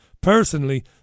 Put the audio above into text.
Personally